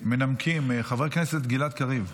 מנמקים: חבר כנסת גלעד קריב,